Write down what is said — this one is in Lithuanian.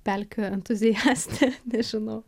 pelkių entuziastė nežinau